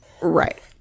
Right